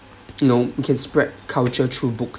no you can spread culture through books